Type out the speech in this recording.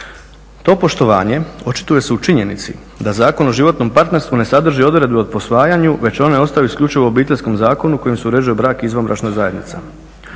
To poštovanje očituje se u činjenici da Zakon o životnom partnerstvu ne sadrži odredbe o posvajanju već one ostaju isključivo u Obiteljskom zakonu kojim se uređuje brak i izvanbračna zajednica.